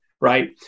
right